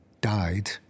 died